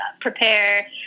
prepare